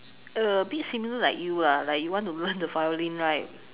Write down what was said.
a bit similar like you lah like you want to learn the violin right